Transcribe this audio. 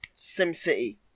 SimCity